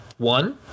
One